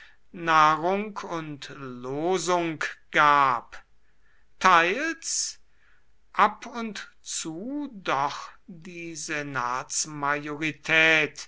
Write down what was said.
nahrung und losung gab teils ab und zu doch die